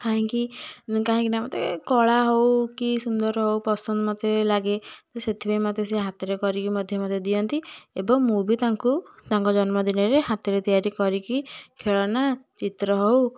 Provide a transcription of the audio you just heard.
କାହିଁକି କାହିଁକି ନା ମୋତେ କଳା ହେଉ କି ସୁନ୍ଦର ହେଉ ମୋତେ ପସନ୍ଦ ଲାଗେ ତ ସେଥିପାଇଁ ମୋତେ ସେ ହାତରେ କରିକି ମଧ୍ୟ ମୋତେ ଦିଅନ୍ତି ଏବଂ ମୁଁ ବି ତାଙ୍କୁ ତାଙ୍କ ଜନ୍ମଦିନରେ ହାତରେ ତିଆରି କରିକି ଖେଳନା ଚିତ୍ର ହେଉ